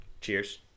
Cheers